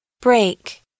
Break